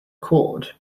cord